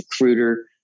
recruiter